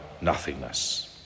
nothingness